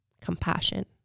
Compassion